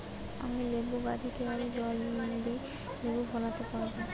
আমি লেবু গাছে কিভাবে জলদি লেবু ফলাতে পরাবো?